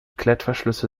klettverschlüsse